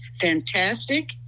fantastic